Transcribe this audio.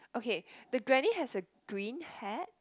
okay the granny has a green hat